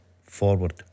forward